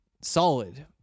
solid